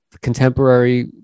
contemporary